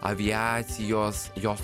aviacijos jos